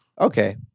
Okay